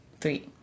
three